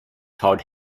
todd